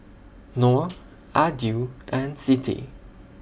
Nor Aidil and Siti